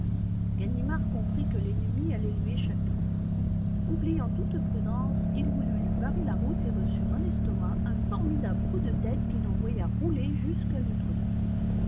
ganimard comprit que l'ennemi allait lui échapper oubliant toute prudence il voulut lui barrer la route et reçut dans l'estomac un formidable coup de tête qui l'envoya rouler jusqu'à l'autre mur